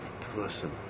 person